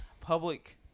public